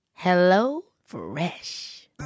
HelloFresh